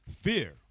fear